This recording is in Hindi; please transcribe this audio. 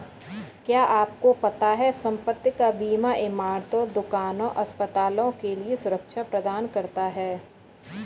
क्या आपको पता है संपत्ति का बीमा इमारतों, दुकानों, अस्पतालों के लिए सुरक्षा प्रदान करता है?